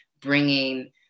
bringing